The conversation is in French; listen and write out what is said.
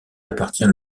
appartient